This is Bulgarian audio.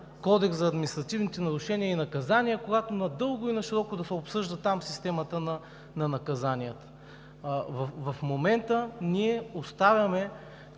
кодекс за административните нарушения и наказания, когато надълго и нашироко да се обсъжда там системата на наказанията. В момента ние оставяме